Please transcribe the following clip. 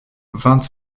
vingt